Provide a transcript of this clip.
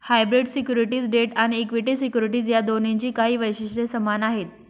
hybrid securities debt आणि equity securities या दोन्हींची काही वैशिष्ट्ये समान आहेत